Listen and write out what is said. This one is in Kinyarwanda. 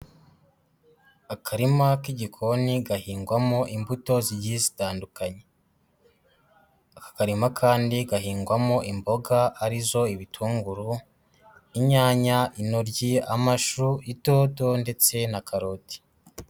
Akarima k'igikoni gahingwamo imbuto zigiye zitandukanye, aka karima kandi gahingwamo imboga ari zo ibitunguru, inyanya, intoryi, amashu, idodo ndetse na karoti.